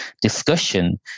discussion